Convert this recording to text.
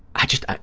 i just, ah